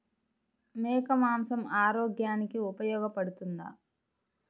మేక మాంసం ఆరోగ్యానికి ఉపయోగపడుతుందా?